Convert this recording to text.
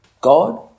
God